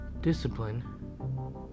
discipline